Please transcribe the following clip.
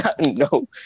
no